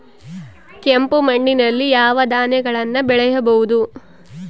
ಕೆಂಪು ಮಣ್ಣಲ್ಲಿ ಯಾವ ಧಾನ್ಯಗಳನ್ನು ಬೆಳೆಯಬಹುದು?